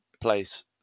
place